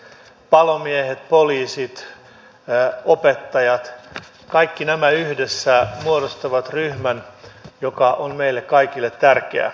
palomiehet poliisit opettajat kaikki nämä yhdessä muodostavat ryhmän joka on meille kaikille tärkeä